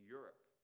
Europe